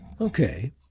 Okay